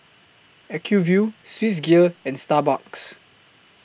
Acuvue Swissgear and Starbucks